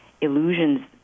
illusions